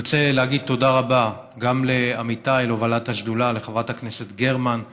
אני רוצה להגיד תודה רבה גם לעמיתיי להובלת השדולה: לחברת הכנסת גרמן,